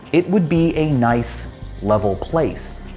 it would be a nice level place.